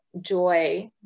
joy